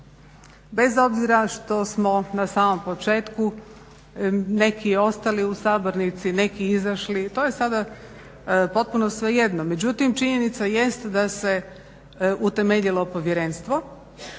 bez obzira što smo na samom početku neki ostali u sabornici, neki izašli, to je sada potpuno svejedno. Međutim, činjenica jest da se utemeljilo povjerenstvo,